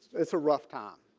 it's a rough time.